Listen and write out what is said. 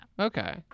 Okay